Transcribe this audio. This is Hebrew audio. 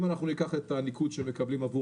אם אנחנו ניקח את הניקוד שמקבלים עבור